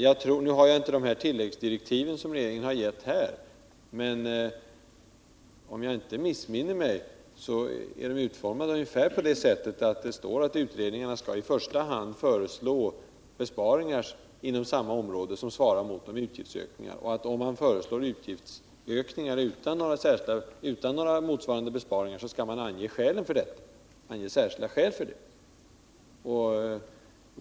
Jag har inte de tilläggsdirektiv som regeringen har lämnat, men om jag inte missminner mig står det där att utredningarna i första hand skall föreslå besparingar som svarar mot de utgiftsökningar de föreslår och på samma område som utgiftsökningarna. Om man föreslår utgiftsökningar utan att föreslå besparingar på motsvarande belopp, så skall man ange särskilda skäl för det.